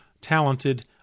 talented